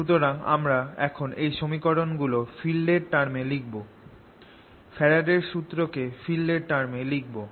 সুতরাং আমরা এখন এই সমীকরণ গুলো ফিল্ড এর টার্ম এ লিখব ফ্যারাডের সূত্রকে ফিল্ড এর টার্ম এ লিখব